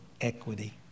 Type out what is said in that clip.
equity